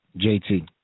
JT